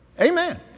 Amen